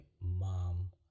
mom